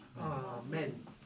Amen